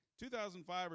2005